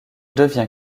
devient